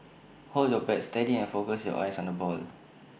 hold your bat steady and focus your eyes on the ball